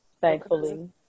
thankfully